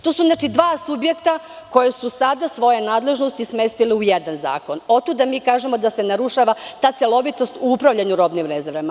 To su znači dva subjekta koja su sada svoje nadležnosti smestile u jedan zakon, otuda mi kažemo da se narušava ta celovitost u upravljanju robnim rezervama.